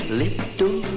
little